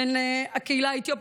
בן הקהילה האתיופית,